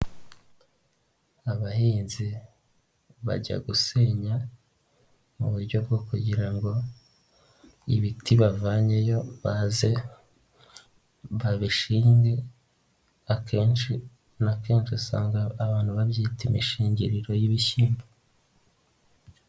Abahinzi bajya gusenya mu buryo bwo kugira ngo ibiti bavanyeyo baze babishinge akenshi na kenshi usanga abantu babyita imishingiriro y'ibishyimbo.